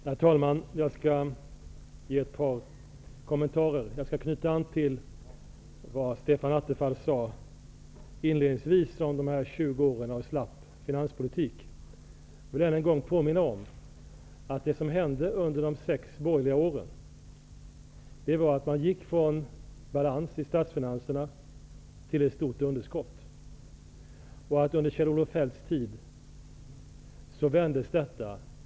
Herr talman! Jag skall göra ett par kommentarer. Jag skall knyta an till vad Stefan Attefall sade inledningsvis om dessa 20 år av slapp finanspolitik. Jag vill än en gång påminna om att det som hände under de sex borgerliga åren var att man gick från balans i statsfinanserna till ett stort underskott. Under Kjell-Olof Feldts tid vändes detta.